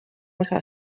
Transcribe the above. osa